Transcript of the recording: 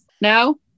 no